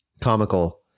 comical